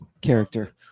character